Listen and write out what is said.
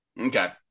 Okay